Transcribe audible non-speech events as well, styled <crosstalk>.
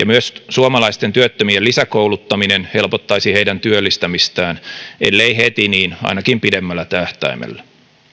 <unintelligible> myös suomalaisten työttömien lisäkouluttaminen helpottaisi heidän työllistämistään ellei heti niin ainakin pidemmällä tähtäimellä